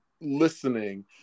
listening